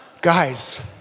Guys